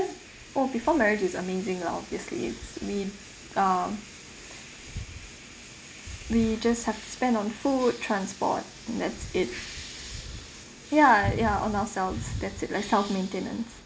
oh before marriage is amazing lah obviously we uh we just have to spend on food transport and that's it ya ya on ourselves that's less kind of maintenance